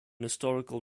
historical